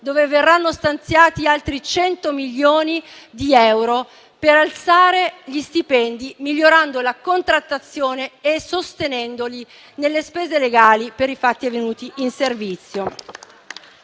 sede verranno stanziati altri 100 milioni di euro per alzare gli stipendi, migliorando la contrattazione e sostenendoli nelle spese legali per i fatti avvenuti in servizio.